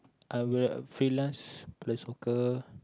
I will free lance play soccer